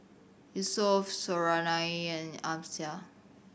Yusuf Suriani and Amsyar